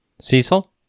Cecil